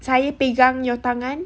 saya pegang your tangan